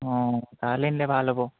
অঁ তালে নিলে ভাল হ'ব